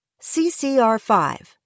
CCR5